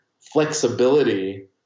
flexibility